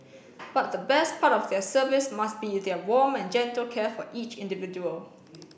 but the best part of their service must be their warm and gentle care for each individual